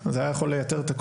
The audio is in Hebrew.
משקיף זה רעיון טוב.